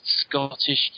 Scottish